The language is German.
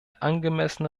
angemessene